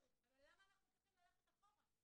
אבל למה אנחנו צריכים ללכת אחורה?